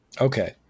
Okay